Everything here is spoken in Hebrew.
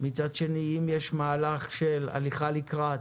מצד שני, אם יש מהלך של הליכה לקראת